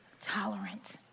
tolerant